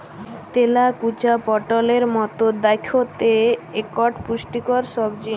তেলাকুচা পটলের মত দ্যাইখতে ইকট পুষ্টিকর সবজি